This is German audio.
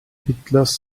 hitlers